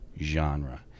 genre